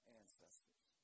ancestors